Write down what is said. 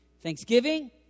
Thanksgiving